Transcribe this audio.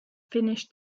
finished